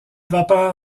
vapeur